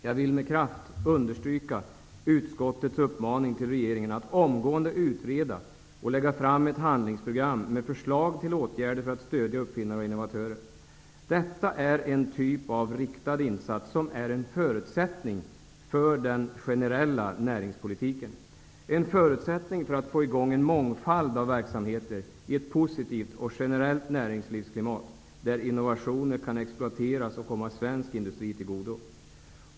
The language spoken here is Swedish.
Jag vill med kraft understryka utskottets uppmaning till regeringen att omgående utreda och lägga fram ett handlingsprogram med förslag till åtgärder för att stödja uppfinnare och innovatörer. Detta är en typ av riktad insats som är en förutsättning för den generella näringspolitiken. Det är en förutsättning för att få i gång en mångfald av verksamheter i ett positivt och generellt näringslivsklimat, där innovationer kan exploateras och komma svensk industri till godo.